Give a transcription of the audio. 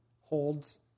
holds